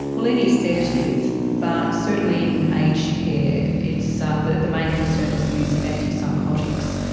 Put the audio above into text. well, any sedative, but certainly in aged care it's, ah the the main concern is the use of antipsychotics,